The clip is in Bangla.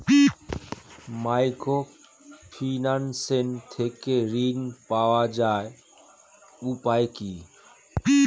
মাইক্রোফিন্যান্স থেকে ঋণ পাওয়ার উপায় কি?